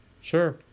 Sure